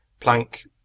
Planck